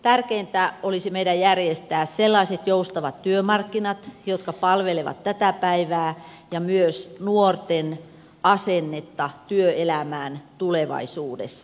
tärkeintä olisi meidän järjestää sellaiset joustavat työmarkkinat jotka palvelevat tätä päivää ja myös nuorten asennetta työelämään tulevaisuudessa